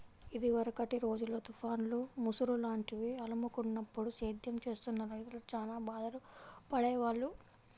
ఇదివరకటి రోజుల్లో తుఫాన్లు, ముసురు లాంటివి అలుముకున్నప్పుడు సేద్యం చేస్తున్న రైతులు చానా బాధలు పడేవాళ్ళు